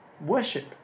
worship